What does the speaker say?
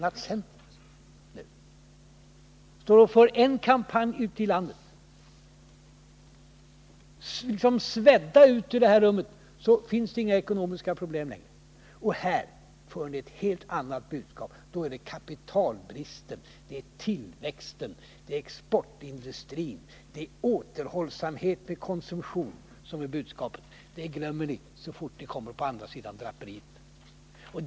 Men att centern för en sådan kampanj ute i landet är överraskande. Som svedda ut ur det här rummet finns det inga ekonomiska problem längre. Och här kommer ni med ett helt annat budskap. Här talas det om kapitalbristen, tillväxten, exportindustrin och återhållsamhet med konsumtion. Det är budskapet, men det glömmer ni så fort ni kommer på andra sidan draperiet.